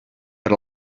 per